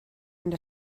and